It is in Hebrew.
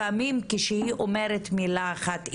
לפעמים כשהיא אומרת מילה אחת,